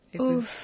Oof